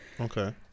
Okay